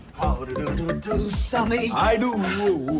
do do um do sunny? i do. whoa.